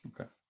okay